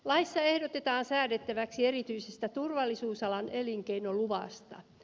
laissa ehdotetaan säädettäväksi erityisestä turvallisuusalan elinkeinoluvasta